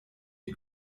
die